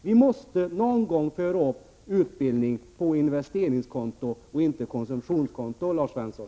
Vi måste någon gång föra upp utbildning på investeringskonto och inte på konsumtionskonto, Lars Svensson.